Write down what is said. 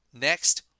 Next